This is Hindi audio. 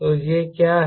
तो यह क्या है